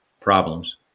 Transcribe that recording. problems